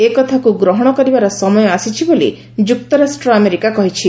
ଏକଥାକୁ ଗ୍ରହଣ କରିବାର ସମୟ ଆସିଛି ବୋଲି ଯୁକ୍ତରାଷ୍ଟ୍ର ଆମେରିକା କହିଛି